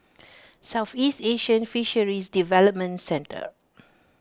Southeast Asian Fisheries Development Centre